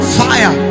fire